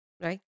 right